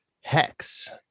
hex